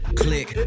click